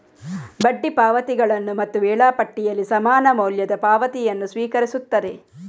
ಬಡ್ಡಿ ಪಾವತಿಗಳನ್ನು ಮತ್ತು ವೇಳಾಪಟ್ಟಿಯಲ್ಲಿ ಸಮಾನ ಮೌಲ್ಯದ ಪಾವತಿಯನ್ನು ಸ್ವೀಕರಿಸುತ್ತದೆ